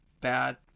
bad